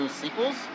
sequels